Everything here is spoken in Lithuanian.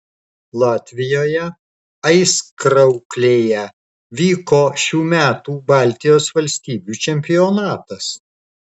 latvijoje aizkrauklėje vyko šių metų baltijos valstybių čempionatas